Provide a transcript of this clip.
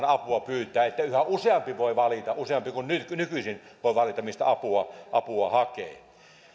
apua pyytää että yhä useampi voi valita useampi kuin nykyisin mistä apua apua hakee